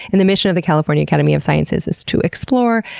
and the mission of the california academy of sciences is to explore,